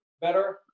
better